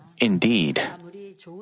indeed